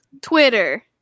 Twitter